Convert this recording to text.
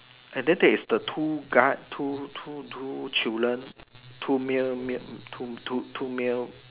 and then there is the two guard two two two children two male male two two male